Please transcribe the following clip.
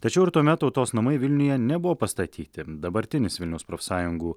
tačiau ir tuomet tautos namai vilniuje nebuvo pastatyti dabartinis vilniaus profsąjungų